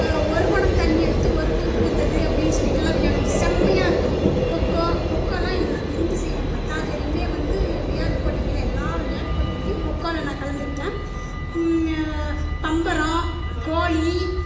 ஒரு குடம் தண்ணி எடுத்து ஒரு பூ பூத்தது அப்படின்னு சொல்லிட்டுலாம் விளையாடுவோம் செமையாக இருக்கும் கொக்கோ கொக்கோலாம் நான் விரும்பி செய்வ பத்தாது வரையுமே வந்து விளையாட்டு போட்டிகளில் எல்லா விளையாட்டு போட்டிகள்லையும் நான் கலந்துக்கிட்ட பம்பரம் கோலி